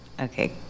okay